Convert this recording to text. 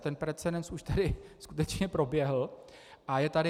Ten precedens už tady skutečně proběhl a je tady.